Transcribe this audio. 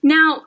Now